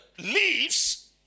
leaves